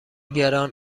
گران